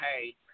hey